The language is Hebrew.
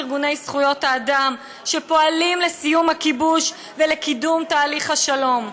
ארגוני זכויות האדם שפועלים לסיום הכיבוש ולקידום תהליך השלום.